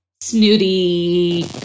snooty